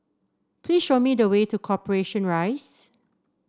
please show me the way to Corporation Rise